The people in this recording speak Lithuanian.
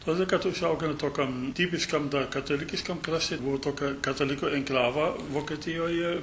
todėl kad užaugau tokiam tipiškam katalikiškam krašte buvo tokia katalikų klava vokietijoje